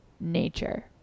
nature